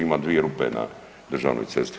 Ima dvije rupe na državnoj cesti.